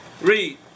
Read